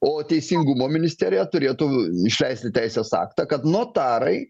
o teisingumo ministerija turėtų išleisti teisės aktą kad notarai